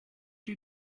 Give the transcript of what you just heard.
you